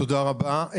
תודה רבה.